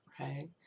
okay